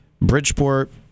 Bridgeport